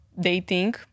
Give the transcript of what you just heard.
dating